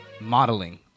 modeling